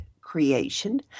Creation